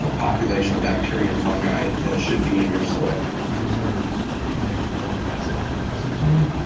um population of bacteria and fungi that should be in your soil. these are humic and fulvic acid, essentially,